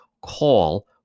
call